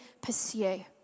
pursue